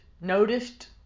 noticed